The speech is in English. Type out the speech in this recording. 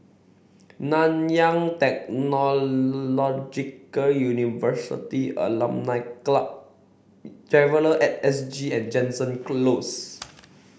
Nanyang Technological University Alumni Club Traveller at S G and Jansen Close